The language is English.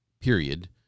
period